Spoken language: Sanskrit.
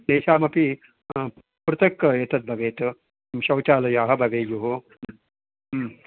तेषामपि पृथक् एतद् भवेत् शौचालयाः भवेयुः